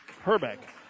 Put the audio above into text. Herbeck